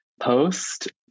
post